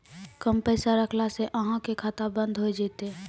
कम पैसा रखला से अहाँ के खाता बंद हो जैतै?